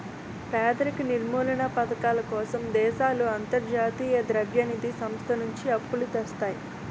పేదరిక నిర్మూలనా పధకాల కోసం దేశాలు అంతర్జాతీయ ద్రవ్య నిధి సంస్థ నుంచి అప్పులు తెస్తాయి